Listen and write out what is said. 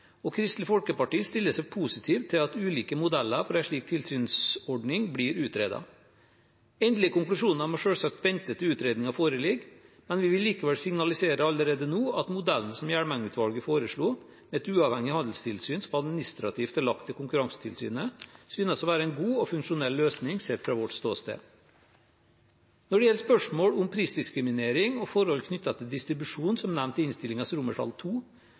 og Kristelig Folkeparti stiller seg positiv til at ulike modeller for en slik tilsynsordning blir utredet. Endelige konklusjoner må selvsagt vente til utredningen foreligger, men vi vil likevel signalisere allerede nå at modellen som Hjelmeng-utvalget foreslo, et uavhengig handelstilsyn som administrativt er lagt til Konkurransetilsynet, synes å være en god og funksjonell løsning sett fra vårt ståsted. Når det gjelder spørsmål om prisdiskriminering og forhold knyttet til distribusjon som nevnt i